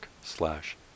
slash